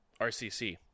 RCC